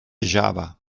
java